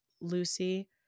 Lucy